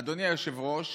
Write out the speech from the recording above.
אדוני היושב-ראש,